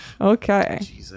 okay